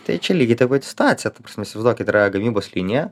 tai čia lygiai ta pati situacija ta prasme įsivaizduokit yra gamybos linija